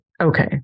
okay